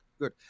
Good